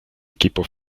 equipo